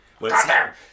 Goddamn